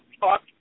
talk